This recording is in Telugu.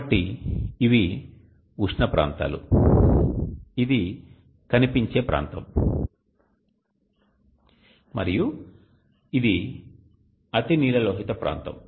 కాబట్టి ఇవి ఉష్ణ ప్రాంతాలు ఇది కనిపించే ప్రాంతం మరియు ఇది అతినీలలోహిత ప్రాంతం